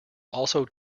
also